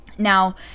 Now